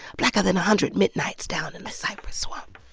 blacker than a hundred midnights down in the cypress swamp